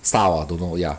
style ah don't know ya